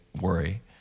worry